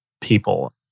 people